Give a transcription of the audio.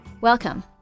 Welcome